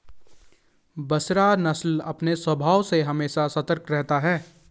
बसरा नस्ल अपने स्वभाव से हमेशा सतर्क रहता है